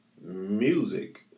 music